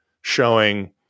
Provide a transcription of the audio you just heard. showing